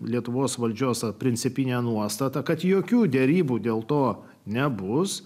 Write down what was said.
lietuvos valdžios principinę nuostatą kad jokių derybų dėl to nebus